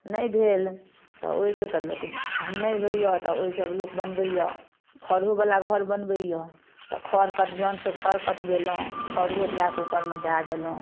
नहि भेल तऽ ओइसँ तऽ लोक नहि होइए तऽ ओइसँ लोक बनबैये खरोवला घर बनबैये तऽ खरके जनसँ खर कटबेलहुँ खरो लए कऽ उपरमे दए देलहुँ